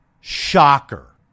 Shocker